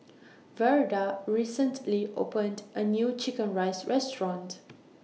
Verda recently opened A New Chicken Rice Restaurant